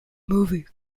movie